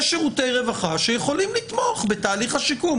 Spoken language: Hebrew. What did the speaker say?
יש שירותי רווחה שיכולים לתמוך בתהליך השיקום,